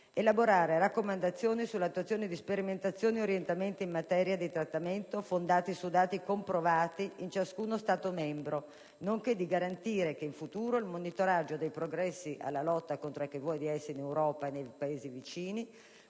elaborare raccomandazioni sull'attuazione di sperimentazioni ed orientamenti in materia di trattamento fondati su dati comprovati in ciascuno Stato membro, nonché garantire che, in futuro, il monitoraggio dei progressi nella lotta contro l'HIV-AIDS in Europa e nei Paesi vicini